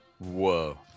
Whoa